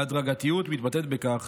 ההדרגתיות מתבטאת בכך